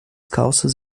calças